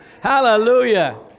hallelujah